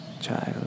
child